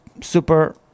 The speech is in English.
super